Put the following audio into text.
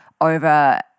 over